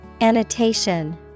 Annotation